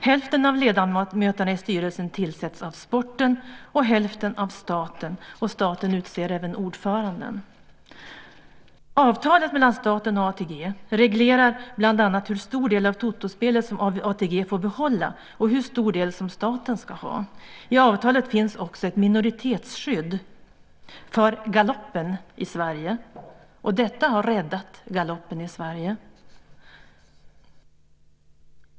Hälften av ledamöterna i styrelsen tillsätts av sporten och hälften av staten. Staten utser även ordföranden. Avtalet mellan staten och ATG reglerar bland annat hur stor del av totospelet som ATG får behålla och hur stor del som staten ska ha. I avtalet finns också ett minoritetsskydd för galoppen i Sverige, och detta har räddat galoppen i Sverige.